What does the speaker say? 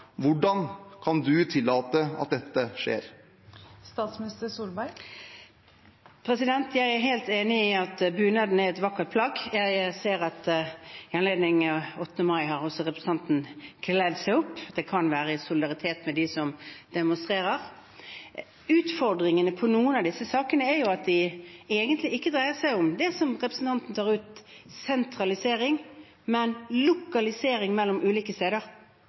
Hvordan kan du tillate at dette skjer?» Jeg er helt enig i at bunaden er et vakkert plagg. Jeg ser at i anledning 8. mai har også representanten kledd seg opp. Det kan være i solidaritet med dem som demonstrerer. Utfordringen med noen av disse sakene er at de egentlig ikke dreier seg om det som representanten tar opp, sentralisering, men om lokalisering mellom ulike steder.